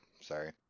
sorry